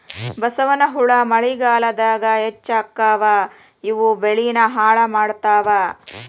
ಬಸವನಹುಳಾ ಮಳಿಗಾಲದಾಗ ಹೆಚ್ಚಕ್ಕಾವ ಇವು ಬೆಳಿನ ಹಾಳ ಮಾಡತಾವ